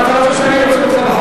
אתה רוצה שאוציא אותך בחוץ?